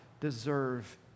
deserve